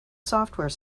software